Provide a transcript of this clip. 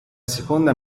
seconda